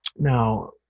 Now